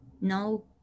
no